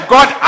God